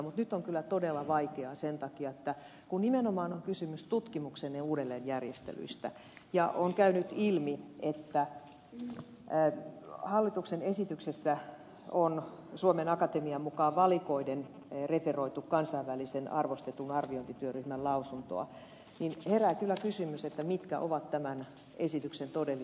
mutta nyt on kyllä todella vaikeaa sen takia että kun nimenomaan on kysymys tutkimuksen uudelleenjärjestelystä ja on käynyt ilmi että hallituksen esityksessä on suomen akatemian mukaan valikoiden referoitu kansainvälisen arvostetun arviointityöryhmän lausuntoa niin herää kyllä kysymys mitkä ovat tämän esityksen todelliset perustelut